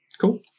Cool